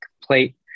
complete